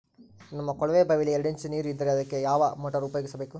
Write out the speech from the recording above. ನಮ್ಮ ಕೊಳವೆಬಾವಿಯಲ್ಲಿ ಎರಡು ಇಂಚು ನೇರು ಇದ್ದರೆ ಅದಕ್ಕೆ ಯಾವ ಮೋಟಾರ್ ಉಪಯೋಗಿಸಬೇಕು?